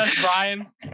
Brian